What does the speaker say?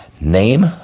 name